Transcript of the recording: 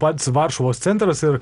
pats varšuvos centras ir